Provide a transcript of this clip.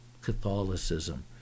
Catholicism